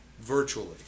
virtually